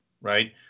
right